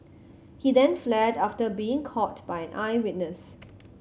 he then fled after being caught by an eyewitness